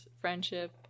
friendship